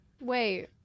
Wait